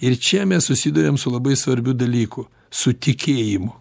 ir čia mes susiduriam su labai svarbiu dalyku su tikėjimu